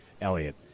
Elliot